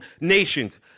nations